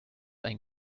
ein